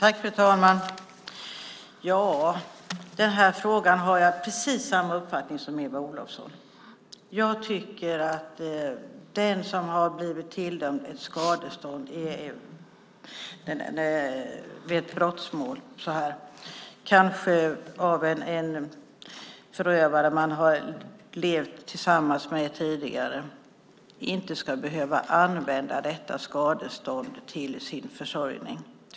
Fru talman! I den här frågan har jag precis samma uppfattning som Eva Olofsson. Jag tycker att den som har blivit tilldömd ett skadestånd vid ett brottmål, kanske blivit offer för en förövare som man har levt tillsammans med tidigare, inte ska behöva använda detta skadestånd till sin försörjning.